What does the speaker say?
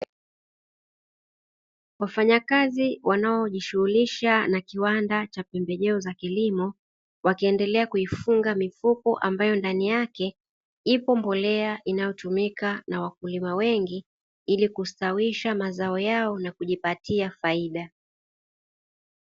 Wafanyakazi wanaojishughulisha na kiwanda cha pembejeo za kilimo wakiendelea kuifunga mifuko, ambayo ndani yake ipo mbolea inayotumika na wakulima wengi ili kustawisha mazao yao na kujipatia faida.